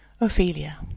Ophelia